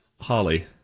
Holly